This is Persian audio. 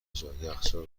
جا، یخچال